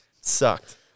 sucked